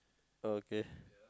okay